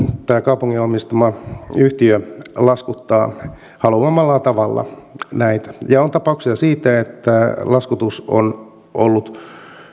tämä kaupungin omistama yhtiö laskuttaa haluamallaan tavalla näitä on tapauksia siitä että laskutus on ollut